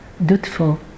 dutiful